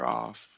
off